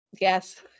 Yes